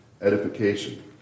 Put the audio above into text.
Edification